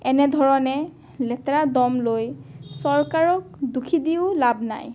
এনেধৰণে লেতেৰা দম লৈ চৰকাৰক দুখী দিও লাভ নাই